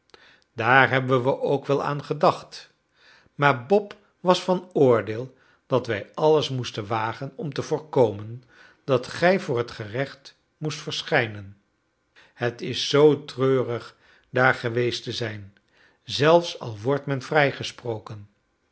daar hebben we ook wel aan gedacht maar bob was van oordeel dat wij alles moesten wagen om te voorkomen dat gij voor het gerecht moest verschijnen het is zoo treurig daar geweest te zijn zelfs al wordt men vrijgesproken